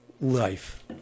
life